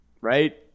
right